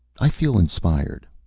i feel inspired.